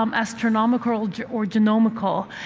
um astronomical or genomal?